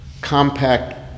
compact